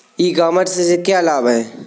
ई commerce से क्या क्या लाभ हैं?